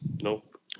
Nope